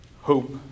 hope